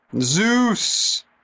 Zeus